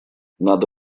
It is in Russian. надо